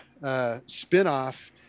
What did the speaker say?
spinoff